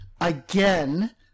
again